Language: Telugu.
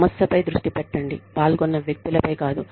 సమస్యపై దృష్టి పెట్టండి పాల్గొన్న వ్యక్తులపై కాదు